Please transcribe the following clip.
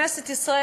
בכנסת ישראל,